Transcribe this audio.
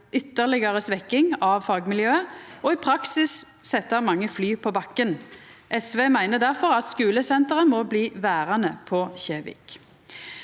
ytterlegare svekking av fagmiljøet og i praksis setja mange fly på bakken. SV meiner difor at skulesenteret må bli verande på Kjevik.